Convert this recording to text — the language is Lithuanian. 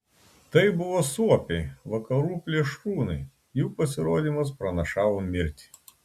tai buvo suopiai vakarų plėšrūnai jų pasirodymas pranašavo mirtį